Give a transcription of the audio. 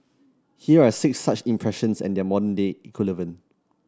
here are six such expressions and their modern day equivalent